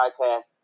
podcast